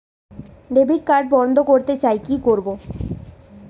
Debit card বন্ধ করতে চাই কি করব?